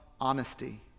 honesty